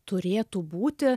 turėtų būti